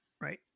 right